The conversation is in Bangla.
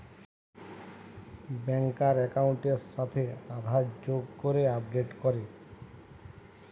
ব্যাংকার একাউন্টের সাথে আধার যোগ করে আপডেট করে